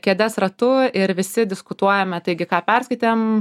kėdes ratu ir visi diskutuojame taigi ką perskaitėm